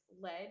led